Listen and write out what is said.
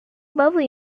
lovely